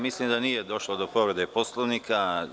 Mislim da nije došlo do povrede Poslovnika.